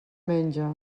menja